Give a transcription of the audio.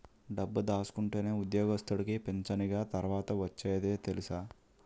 డబ్బు దాసుకుంటేనే ఉద్యోగస్తుడికి పింఛనిగ తర్వాత ఒచ్చేది తెలుసా